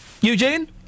Eugene